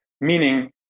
Meaning